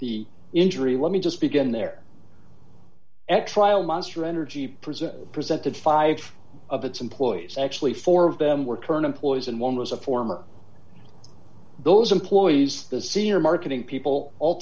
the injury let me just begin there x trial monster energy present presented five of its employees actually four of them were current employees and one was a former those employees the senior marketing people all